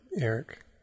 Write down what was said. Eric